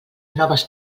noves